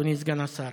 אדוני סגן השר,